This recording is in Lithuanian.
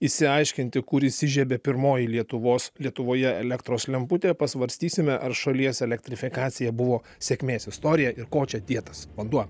išsiaiškinti kur įsižiebė pirmoji lietuvos lietuvoje elektros lemputė pasvarstysime ar šalies elektrifikacija buvo sėkmės istorija ir kuo čia dėtas vanduo